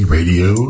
Radio